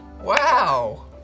wow